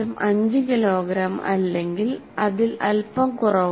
5 kilogram അല്ലെങ്കിൽ അതിൽ അൽപ്പം കുറവാണ്